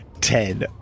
ten